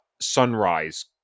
sunrise